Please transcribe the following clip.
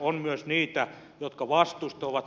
on myös niitä jotka vastustavat